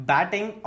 Batting